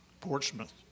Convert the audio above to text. Portsmouth